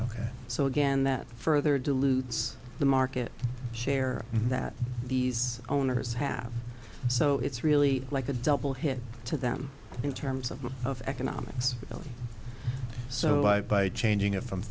ok so again that further dilutes the market share that these owners have so it's really like a double hit to them in terms of most of economics so by changing it from